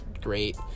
great